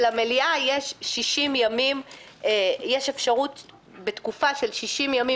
ולמליאה יש אפשרות בתקופה של 60 ימים,